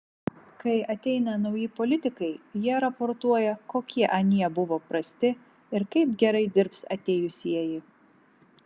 kai ateina nauji politikai jie raportuoja kokie anie buvo prasti ir kaip gerai dirbs atėjusieji